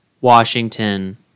Washington